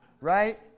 right